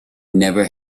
never